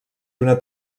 una